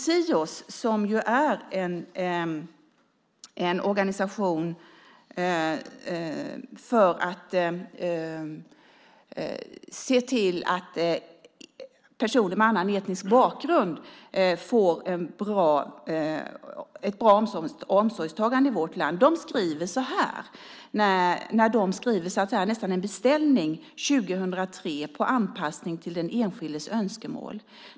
Sios, som är en organisation som ser till att personer med annan etnisk bakgrund får en bra omsorg i vårt land, skrev 2003 nästan en beställning av anpassning till den enskildes önskemål.